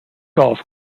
golf